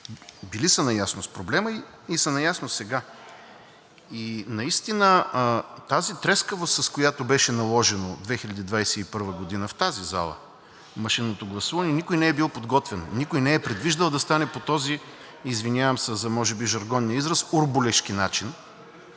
били са наясно с проблема и са наясно сега. И тази трескавост, с която беше наложено 2021 г. в тази зала машинното гласуване, никой не е бил подготвен, никой не е предвиждал да стане по този, извинявам се за може би жаргонния израз, урбулешки начин,